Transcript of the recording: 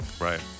right